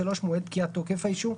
מועד פקיעת תוקף האישור,